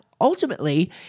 ultimately